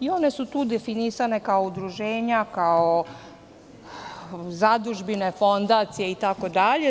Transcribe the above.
One su tu definisana kao udruženja, kao zadužbine, fondacije itd.